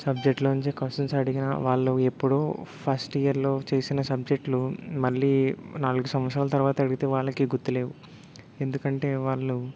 సబ్జెక్ట్లోంచి questions అడిగినా వాళ్ళు ఎప్పుడో ఫస్ట్ ఇయర్లో చేసిన సబ్జెక్ట్లో మళ్ళీ నాలుగు సంవత్సరాలు తర్వాత అడిగితే వాళ్ళకే గుర్తులేవు ఎందుకంటే వాళ్ళు